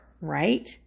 right